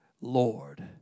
Lord